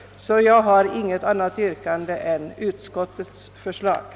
Jag har därför inget annat yrkande än bifall till utskottets hemställan.